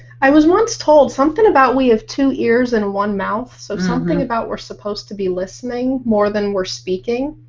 i was once told something about we have two ears and one mouth. so something about we're supposed to be listening more than we're speaking.